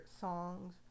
songs